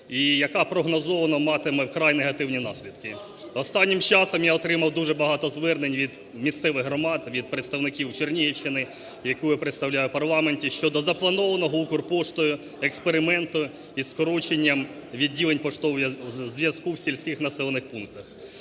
і яка прогнозовано матиме вкрай негативні наслідки. Останнім часом я отримав дуже багато звернень від місцевих громад, від представників Чернігівщини, яку я представляю в парламенті, щодо запланованого "Укрпоштою" експерименту із скороченням відділень поштового зв'язку в сільських населених пунктах.